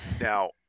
Now